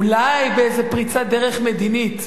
אולי באיזה פריצת דרך מדינית.